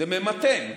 זה ממתן.